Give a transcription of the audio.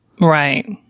Right